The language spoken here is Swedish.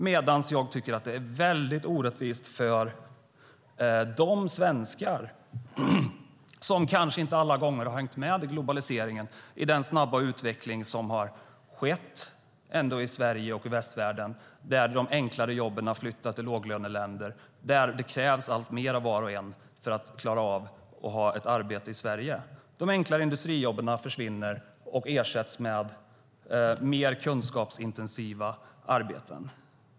Jag tycker också att detta är väldigt orättvist mot de svenskar som inte alla gånger har hängt med i globaliseringen och den snabba utveckling som skett i Sverige och västvärlden. De enklare jobben flyttas till låglöneländer, och det krävs alltmer av var och en för att klara av att ha ett arbete i Sverige. De enklare industrijobben försvinner och ersätts med mer kunskapsintensiva arbeten.